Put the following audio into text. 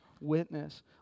witness